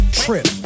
trip